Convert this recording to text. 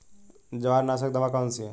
जवार नाशक दवा कौन सी है?